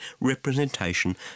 representation